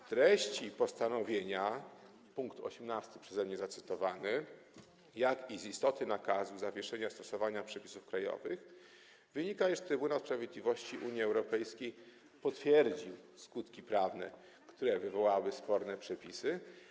Z treści postanowienia, chodzi o pkt 18 przeze mnie zacytowany, i z istoty nakazu zawieszenia stosowania przepisów krajowych wynika, iż Trybunał Sprawiedliwości Unii Europejskiej potwierdził skutki prawne, które wywołały sporne przepisy.